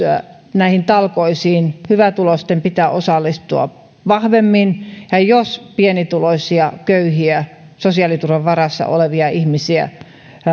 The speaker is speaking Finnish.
näihin talkoisiin hyvätuloisten pitää osallistua vahvemmin ja jos pienituloisia köyhiä sosiaaliturvan varassa olevia ihmisiä